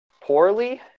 poorly